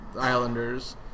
Islanders